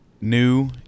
new